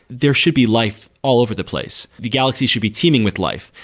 there should be life all over the place. the galaxy should be teeming with life.